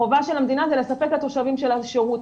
החובה של המדינה זה לספק לתושבים שלה שירות,